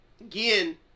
Again